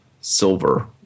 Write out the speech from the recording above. silver